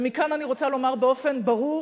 ומכאן אני רוצה לומר באופן ברור,